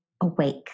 awake